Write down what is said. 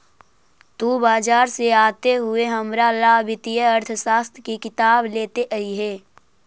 तु बाजार से आते हुए हमारा ला वित्तीय अर्थशास्त्र की किताब लेते अइहे